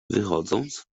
wychodząc